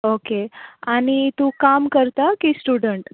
okay आनी तूं काम करता की स्टुडंट